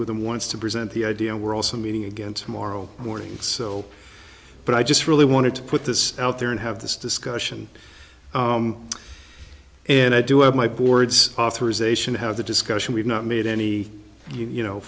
with him once to present the idea we're also meeting again tomorrow morning so but i just really wanted to put this out there and have this discussion and i do have my board's authorization to have the discussion we've not made any you know